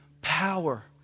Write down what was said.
power